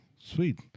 Sweet